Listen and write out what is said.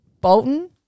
Bolton